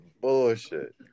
bullshit